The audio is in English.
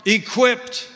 equipped